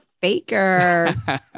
Baker